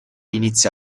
inizia